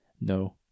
No